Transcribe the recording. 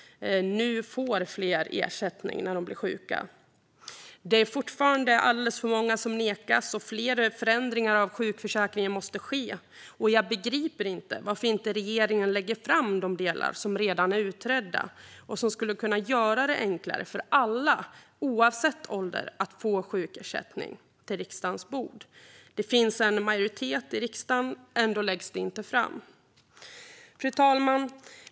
Nu får fler ersättning när de blir sjuka. Det är dock fortfarande alldeles för många som nekas, och fler förändringar av sjukförsäkringen måste ske. Jag begriper inte varför inte regeringen lägger fram på riksdagens bord de delar som redan är utredda och som skulle göra det enklare för alla oavsett ålder att få sjukersättning. Det finns en majoritet i riksdagen; ändå läggs det inte fram. Fru talman!